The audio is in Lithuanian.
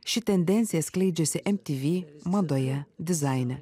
ši tendencija skleidžiasi emtyvy madoje dizaine